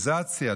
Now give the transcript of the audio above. דמוניזציה,